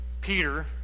Peter